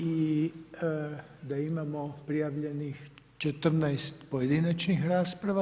I da imamo prijavljenih 14 pojedinačnih rasprava.